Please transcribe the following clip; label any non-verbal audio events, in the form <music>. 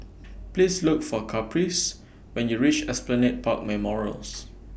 <noise> Please Look For Caprice when YOU REACH Esplanade Park Memorials <noise>